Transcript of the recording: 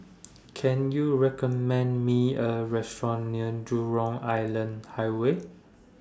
Can YOU recommend Me A Restaurant near Jurong Island Highway